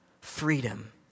freedom